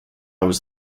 was